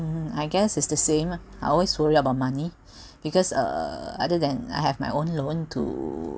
mm I guess is the same lah I always worry about money because uh other than I have my own loan to